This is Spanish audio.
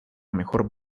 mejor